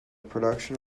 production